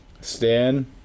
Stan